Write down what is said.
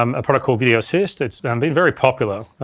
um a product called video assist, it's been very popular.